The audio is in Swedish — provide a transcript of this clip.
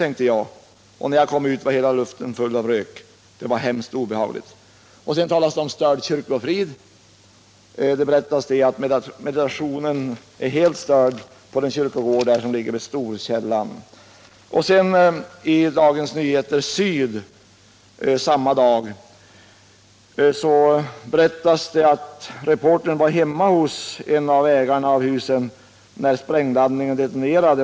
tänkte jag. Och när jag kom ut var hela luften full av rök. Det var hemskt obehagligt.” Sedan talas det om störd kyrkofrid. Det berättas att meditationen är helt störd på den kyrkogård som ligger vid Storkällan. I DN Syd samma dag berättas att reportern var hemma hos en av ägarna till husen när sprängladdningen detonerade.